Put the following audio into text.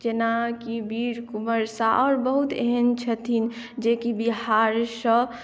जेनाकी वीर कुँवर साहेब बहुत एहन छथिन जे कि बिहार सँ